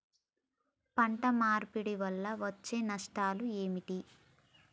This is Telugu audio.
పంట మార్పిడి వల్ల వచ్చే నష్టాలు ఏమిటి?